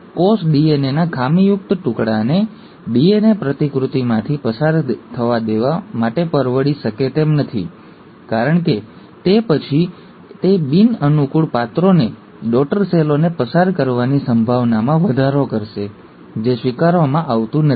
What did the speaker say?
કોષ ડીએનએના ખામીયુક્ત ટુકડાને ડીએનએ પ્રતિકૃતિમાંથી પસાર થવા દેવા માટે પરવડી શકે તેમ નથી કારણ કે તે પછી તે બિન અનુકૂળ પાત્રોને ડૉટર સેલોને પસાર કરવાની સંભાવનામાં વધારો કરશે જે સ્વીકારવામાં આવતું નથી